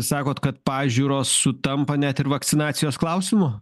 sakot kad pažiūros sutampa net ir vakcinacijos klausimu